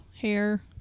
hair